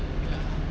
ya